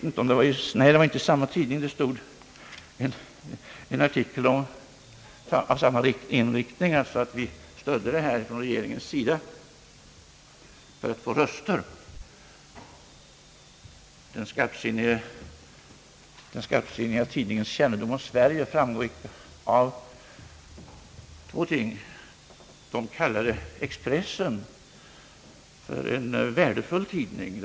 I en annan tidning fanns en artikel med samma inriktning vars innehåll gick ut på att vi inom regeringen stödde sådana här demonstrationer för att få röster. Den skarpsinniga tidningens kännedom om Sverige framgår av två faktorer. För det första kallades Expressen för en värdefull tidning.